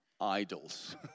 idols